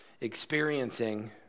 experiencing